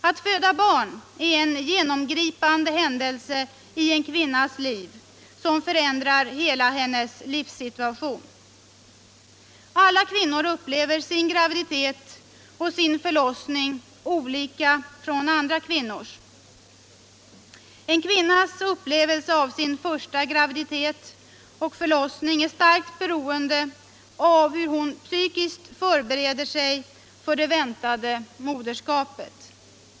Att föda barn är en genomgripande händelse i en kvinnas liv som förändrar hela hennes livssituation. Alla kvinnor upplever sin graviditet och sin förlossning olika i förhållande till andra kvinnors. En kvinnas upplevelse av sin första graviditet och förlossning är starkt beroende av hur hon psykiskt förbereder sig för det väntade moderskapet.